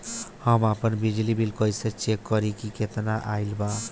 हम आपन बिजली बिल कइसे चेक करि की केतना आइल बा?